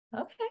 Okay